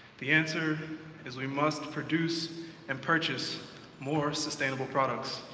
the answer is we must produce and purchase more sustainable products.